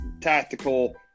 tactical